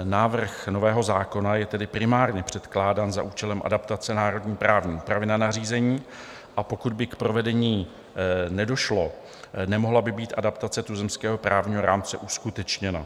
Návrh nového zákona je tedy primárně předkládán za účelem adaptace národní právní úpravy na nařízení, a pokud by k provedení nedošlo, nemohla by být adaptace tuzemského právního rámce uskutečněna.